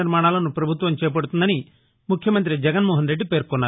నిర్మాణాలను పభుత్వం చేపడుతుందని ముఖ్యమంతి జగన్ మోహన్ రెడ్డి పేర్కొన్నారు